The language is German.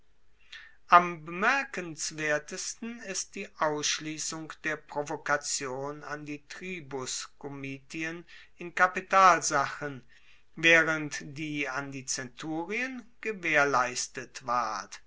am bemerkenswertesten ist die ausschliessung der provokation an die tribuskomitien in kapitalsachen waehrend die an die zenturien gewaehrleistet ward